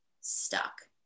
stuck